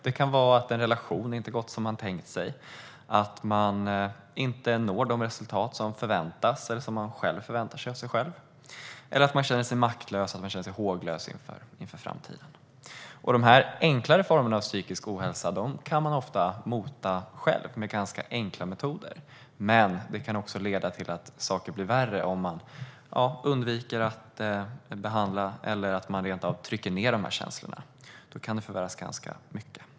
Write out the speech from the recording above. Det kan vara att en relation inte gått som man tänkt sig, att man inte når de resultat som förväntas eller som man själv förväntat sig eller att man känner sig maktlös och håglös inför framtiden. Dessa enklare former av psykisk ohälsa kan man ofta mota själv med ganska enkla metoder. Men saker kan också bli värre om man undviker att behandla eller rentav trycker ned dessa känslor. Då kan det förvärras ganska mycket.